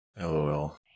Lol